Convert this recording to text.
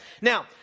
Now